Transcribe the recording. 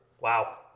Wow